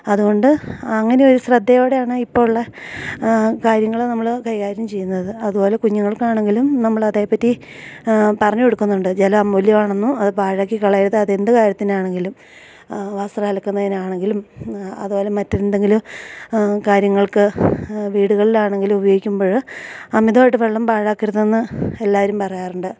അതുകൊണ്ട് അങ്ങനെ ഒരു ശ്രദ്ധയോടെയാണ് ഇപ്പോളുള്ള കാര്യങ്ങള് നമ്മള് കൈകാര്യം ചെയ്യുന്നത് അതുപോലെ കുഞ്ഞുങ്ങൾക്കാണെങ്കിലും നമ്മളതെപ്പറ്റി പറഞ്ഞ് കൊടുക്കുന്നുണ്ട് ജലം അമൂല്യമാണെന്നും അത് പാഴാക്കി കളയരുത് അതെന്ത് കാര്യത്തിനാണെങ്കിലും വസ്ത്രം അലക്കുന്നതിനാണെങ്കിലും അതുപോലെ മറ്റെന്തെങ്കിലും കാര്യങ്ങൾക്ക് വീടുകളിലാണെങ്കിലും ഉപയോഗിക്കുമ്പോഴ് അമിതമായിട്ട് വെള്ളം പാഴാക്കരുതെന്ന് എല്ലാവരും പറയാറുണ്ട്